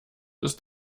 ist